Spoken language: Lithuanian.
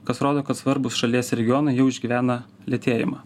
kas rodo kad svarbūs šalies regionai jau išgyvena lėtėjimą